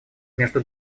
между